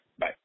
Bye